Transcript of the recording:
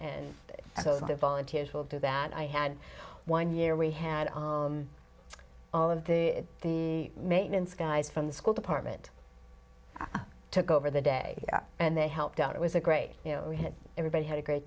so the volunteers will do that i had one year we had all of the the maintenance guys from the school department took over the day and they helped out it was a great you know we had everybody had a great